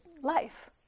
life